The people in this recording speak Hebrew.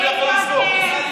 הוא לא סגר.